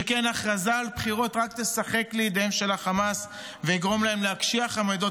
שכן הכרזה על בחירות רק תשחק לידיהם של החמאס ותגרום להם להקשיח עמדות,